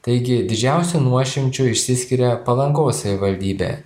taigi didžiausiu nuošimčiu išsiskiria palangos savivaldybė